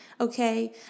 okay